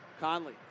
Conley